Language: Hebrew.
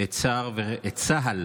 את צה"ל